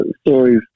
stories